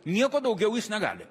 nieko daugiau jis negali